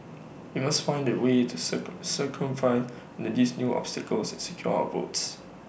we must find A way to circumvent in these new obstacles and secure our votes